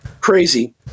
Crazy